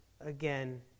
again